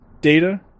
data